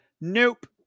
Nope